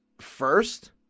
first